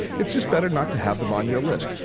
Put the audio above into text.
it's just better not to have them on your list.